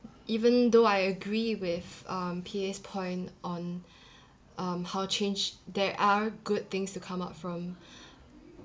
even though I agree with uh P_A's point on um how change there are good things to come up from